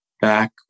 back